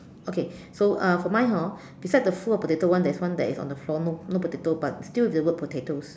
okay so uh for mine hor beside the full of potato one there is one that is on the floor no no potato but still the word potatoes